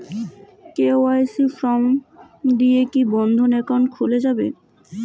KYC form দিয়ে কি বন্ধ একাউন্ট খুলে যাবে?